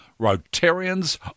Rotarians